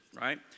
right